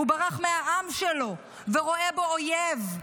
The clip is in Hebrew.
הוא ברח מהעם שלו ורואה בו אויב.